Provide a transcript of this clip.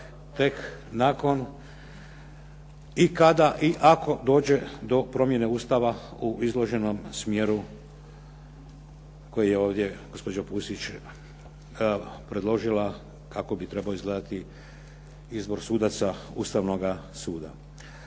tek nakon i kada i ako dođe do promjene Ustava u izloženom smjeru koji je ovdje gospođa Pusić predložila kako bi trebao izgledati izbor sudaca Ustavnoga suda.